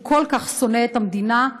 שהוא כל כך שונא את המדינה.